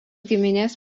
giminės